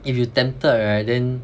if you tempted right then